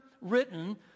written